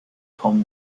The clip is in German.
kaum